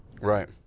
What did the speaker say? Right